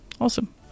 Awesome